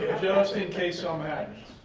just in case um and